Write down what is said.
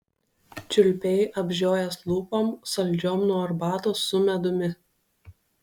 čiulpei apžiojęs lūpom saldžiom nuo arbatos su medumi